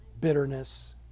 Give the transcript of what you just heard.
bitterness